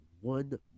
one